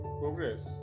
progress